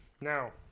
Now